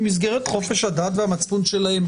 במסגרת חופש הדת והמצפון שלהן,